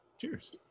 Cheers